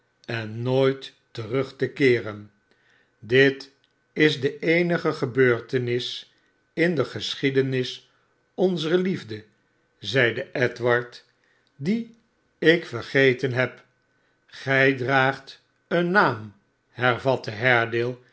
en nooit terug te komen dit is de eenige gebeurtenis in de geschiedenis onzer liefde zeide edward die ik vergeten heb gij draagt een naam hervatte